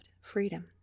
freedom